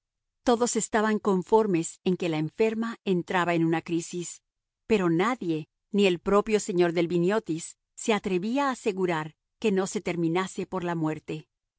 todos estaban conformes en que la enferma entraba en una crisis pero nadie ni el propio señor delviniotis se atrevía a asegurar que no se terminase por la muerte